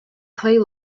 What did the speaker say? clay